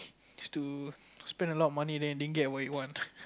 is to spend a lot of money then you didn't get what you want